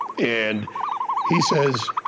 and he says,